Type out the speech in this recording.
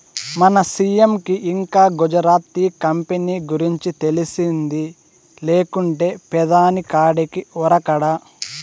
మన సీ.ఎం కి ఇంకా గుజరాత్ టీ కంపెనీ గురించి తెలిసింది లేకుంటే పెదాని కాడికి ఉరకడా